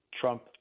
Trump